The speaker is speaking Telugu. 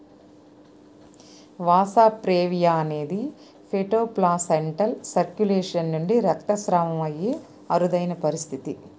వాసా ప్రేవియా అనేది ఫెటోప్లాసెంటల్ సర్క్యులేషన్ నుండి రక్తస్రావం అయ్యి అరుదైన పరిస్థితి